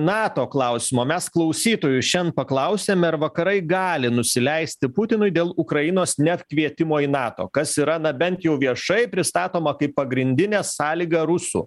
nato klausimo mes klausytojų šian paklausėm ar vakarai gali nusileisti putinui dėl ukrainos net kvietimo į nato kas yra na bent jau viešai pristatoma kaip pagrindinė sąlyga rusų